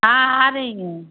हाँ आ रही है